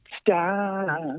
Stop